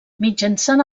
mitjançant